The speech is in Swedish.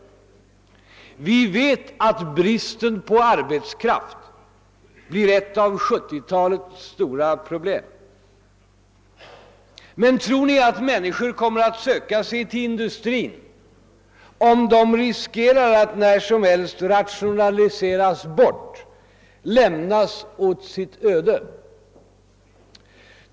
Vi vet att bristen på arbetskraft blir ett av 1970-talets stora problem. Men tror ni att människor kommer att söka sig till industrin om de riskerar att när som helst rationaliseras bort och lämnas åt sitt öde?